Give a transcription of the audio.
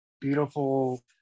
beautiful